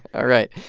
all right.